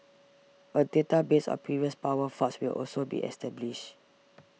a database of previous power faults will also be established